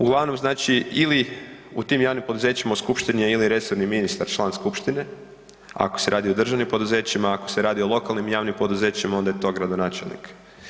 Uglavnom znači ili u tim javnim poduzećima u skupštini je ili resorni ministar član skupštine ako se radi o državnim poduzećima, a ako se radi o lokalnim javnim poduzećima onda je to gradonačelnik.